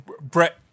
Brett